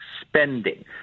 spending